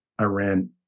Iran